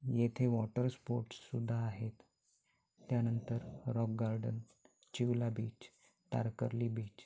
येथे water sports सुद्धा आहेत त्यानंतर rock garden Chivla beach Tarkarli beach